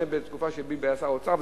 כנראה בתקופה שביבי היה שר האוצר,